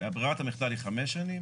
כשברירת המחדל היא חמש שנים.